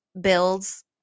builds